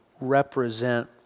represent